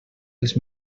els